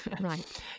right